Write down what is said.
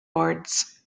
boards